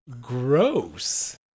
Gross